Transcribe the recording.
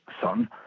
son